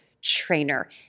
trainer